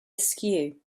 askew